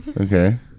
Okay